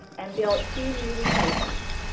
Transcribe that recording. and built two new locations.